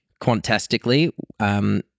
Quantastically